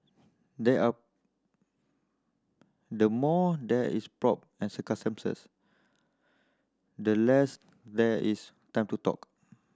there are the more there is pomp and circumstance the less there is time to talk